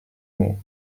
mot